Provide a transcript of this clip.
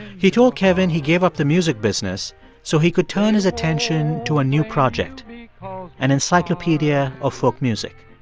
he told kevin he gave up the music business so he could turn his attention to a new project an encyclopedia of folk music.